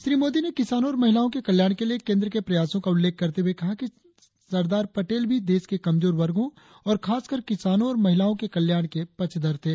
श्री मोदी ने किसानों और महिलाओं के कल्याण के लिए केंद्र के प्रयासों का उल्लेख करते हुए कहा कि सरदार पटेल भी देश के कमजोर वर्गों और खासकर किसानों और महिलाओं के कल्याण के पक्षधर थे